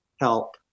help